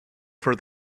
for